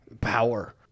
power